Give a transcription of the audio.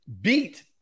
beat